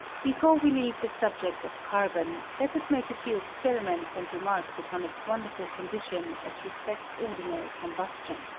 before we leave the subject of carbon, let us make a few experiments and remarks upon its wonderful condition as respects ordinary com bustion.